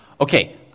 Okay